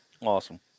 awesome